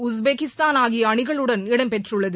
Uzbekistan ஆகிய அணிகளுடன் இடம் பெற்றுள்ளது